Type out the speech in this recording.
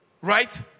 right